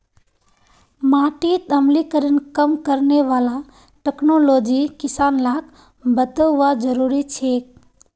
माटीत अम्लीकरण कम करने वाला टेक्नोलॉजी किसान लाक बतौव्वा जरुरी छेक